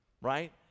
right